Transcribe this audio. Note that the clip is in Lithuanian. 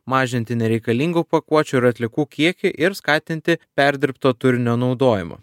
mažinti nereikalingų pakuočių ir atliekų kiekį ir skatinti perdirbto turinio naudojimą